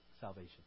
salvation